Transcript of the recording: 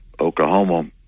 Oklahoma